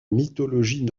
mythologie